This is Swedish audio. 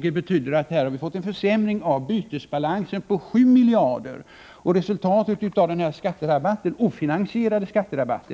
Det betyder att det här har skett en försämring i bytesbalansen på 7 miljarder. Resultatet av denna ofinansierade skatterabatt